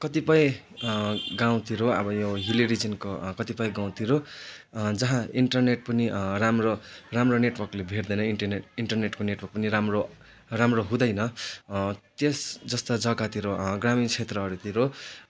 कतिपय गाउँतिर अब यो हिल्ली रिजनको कतिपय गाउँतिर जहाँ इन्टरनेट पनि राम्रो राम्रो नेटवर्कले भेट्दैन इन्टरनेट इन्टरनेटको नेटवर्क पनि राम्रो राम्रो हुँदैन त्यस जस्ता जग्गातिर ग्रामीण क्षेत्रहरूतिर